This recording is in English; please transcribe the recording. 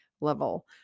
level